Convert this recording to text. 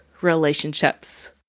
relationships